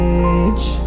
age